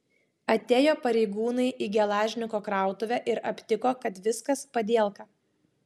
atėjo pareigūnai į gelažniko krautuvę ir aptiko kad viskas padielka